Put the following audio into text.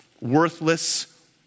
worthless